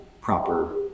proper